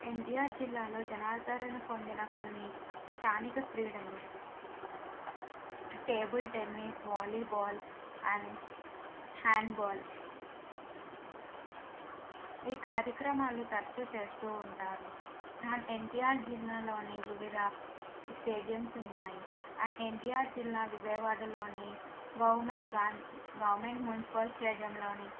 ఎన్టిఆర్ జిల్లాలో జనార్ధారణ పొందిన కొన్ని స్థానిక క్రీడలు table tennis volleyball and handball ఈ కార్యక్రమాలు తరచూ చేస్తూ ఉంటారు అండ్ ఎన్టిఆర్ జిల్లాలోని వివిధ స్టేడియమ్స్ ఉన్నాయి అండ్ ఎన్టిఆర్ జిల్లా విజయవాడలోని గవర్నమెంట్ గాన్ గవర్నమెంట్ మున్సిపల్ స్టేడియంలోని